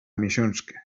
miesiączkę